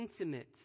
intimate